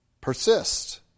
persist